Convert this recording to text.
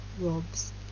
Rob's